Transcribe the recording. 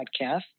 podcast